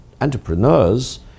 entrepreneurs